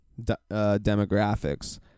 demographics